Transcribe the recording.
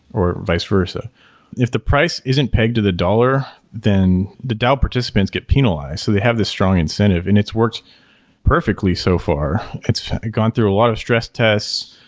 or vice versa if the price isn't pegged to the dollar, then the dao participants get penalized, so they have this strong incentive. and it's worked perfectly so far. it's gone through a lot of stress tests,